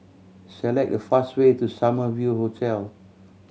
select the fast way to Summer View Hotel